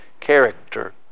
character